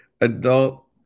adult